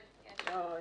אני